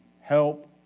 help